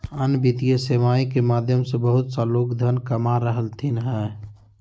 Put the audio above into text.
अन्य वित्तीय सेवाएं के माध्यम से बहुत सा लोग धन कमा रहलथिन हें